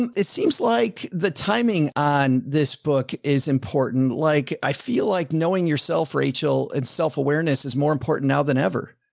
um it seems like the timing on this book is important. like, i feel like knowing yourself, rachel and self-awareness is more important now than ever.